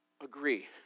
agree